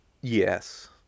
Yes